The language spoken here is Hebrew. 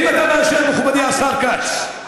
האם אתה מאשר, מכובדי השר כץ?